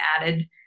added